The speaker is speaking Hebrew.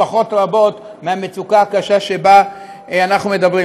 משפחות רבות מהמצוקה הקשה שבה אנחנו מדברים.